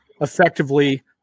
effectively